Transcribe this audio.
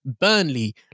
Burnley